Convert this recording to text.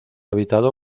habitado